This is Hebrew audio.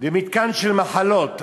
למתקן של מחלות.